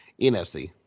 NFC